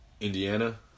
Indiana